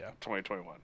2021